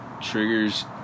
triggers